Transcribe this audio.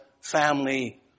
family